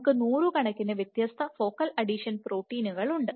നമുക്ക് നൂറുകണക്കിന് വ്യത്യസ്ത ഫോക്കൽ അഡീഷൻ പ്രോട്ടീനുകൾ ഉണ്ട്